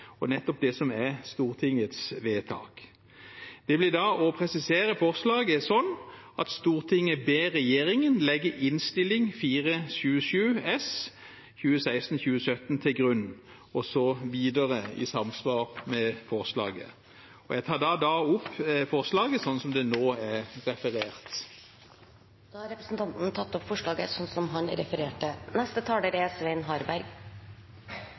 og nettopp det som er Stortingets vedtak. Det blir da å presisere forslaget slik: «Stortinget ber regjeringen om å legge innstilling 427 S til grunn »– og så videre i samsvar med forslaget. Jeg tar opp forslaget slik det nå er referert. Representanten Hans Fredrik Grøvan har tatt opp forslaget – med den foretatte rettelse – han refererte til. Det er